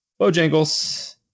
bojangles